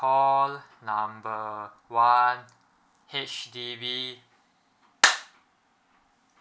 call number one H_D_B